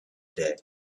day